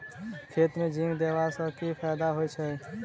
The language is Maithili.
खेत मे जिंक देबा सँ केँ फायदा होइ छैय?